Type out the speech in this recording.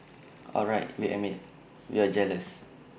all right we admit we're just jealous